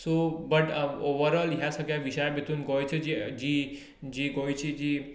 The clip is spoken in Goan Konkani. सो बट ओवरऑल ह्या सगळ्या विशयां भितर गोंयचे जे जी गोंयची जी